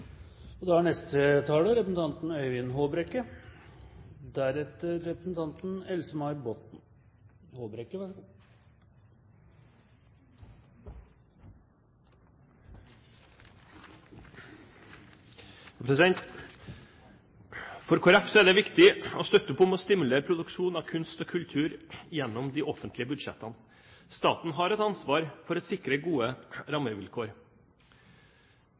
For Kristelig Folkeparti er det viktig å støtte opp om og stimulere produksjon av kunst og kultur gjennom de offentlige budsjettene. Staten har et ansvar for å sikre gode rammevilkår.